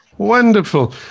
Wonderful